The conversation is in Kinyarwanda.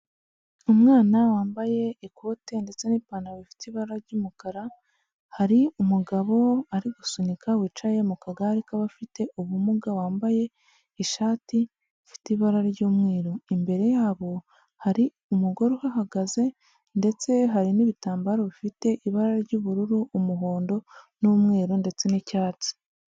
Umwana wambaye ikote ndetse n'ipantaro bifite ibara ry'umukara, hari umugabo ari gusunika wicaye mu kagare k'abafite ubumuga, wambaye ishati ifite ibara ry'umweru, imbere yabo hari umugore uhahagaze ndetse hari n'ibitambaro bifite ibara ry'ubururu, umuhondo n'umweru ndetse n'icyatsi.